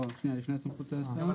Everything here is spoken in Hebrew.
אבל שניה לא, לפני הסמכות של השר.